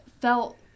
felt